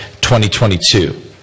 2022